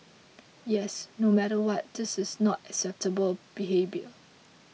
yes no matter what this is not acceptable behaviour